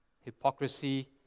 hypocrisy